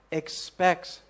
expects